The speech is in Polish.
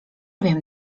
wiem